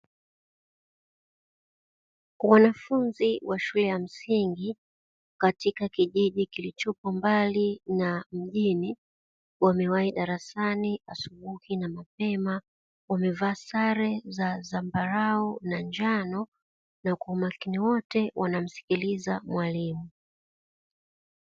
Wanafunzi wa shule ya msingi katika kijiji kilichopo mbali na mjini wamewahi darasani na mapema, wamevaa sare za zambarau na njano na kwa umakini wote wanamsikiliza mwalimu.